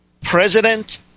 president